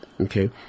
Okay